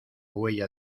huella